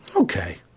Okay